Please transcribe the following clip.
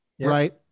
right